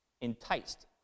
enticed